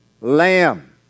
Lamb